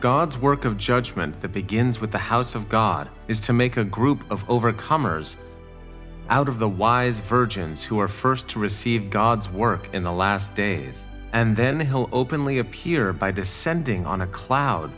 gods work of judgment that begins with the house of god is to make a group of overcomers out of the wise virgins who are first to receive god's work in the last days and then openly appear by descending on a cloud